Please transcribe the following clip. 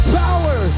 power